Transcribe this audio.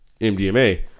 MDMA